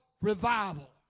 revival